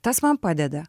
tas man padeda